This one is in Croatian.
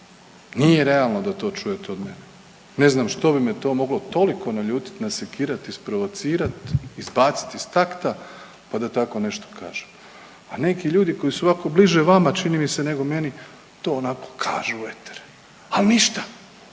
nije realno da to čujete od mene. Ne znam što bi me to moglo toliko naljutit, nasekirat, isprovocirat i izbacit iz takta pa da tako nešto kažem, a neki ljudi koji su ovako bliže vama čini mi se nego meni to onako kažu u eter, al ništa,